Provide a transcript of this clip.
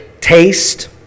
taste